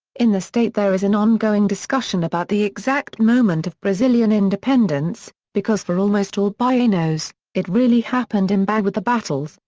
in the state there is an ongoing discussion about the exact moment of brazilian independence, because for almost all baianos, it really happened in bahia with the battles,